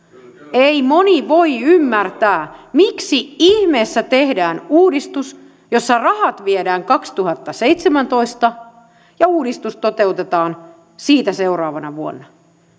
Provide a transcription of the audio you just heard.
ei moni voi ymmärtää miksi ihmeessä tehdään uudistus jossa rahat viedään kaksituhattaseitsemäntoista ja uudistus toteutetaan siitä seuraavana vuonna